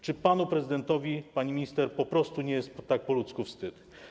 Czy panu prezydentowi, pani minister, po prostu nie jest tak po ludzku wstyd?